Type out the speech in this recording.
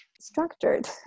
structured